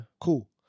cool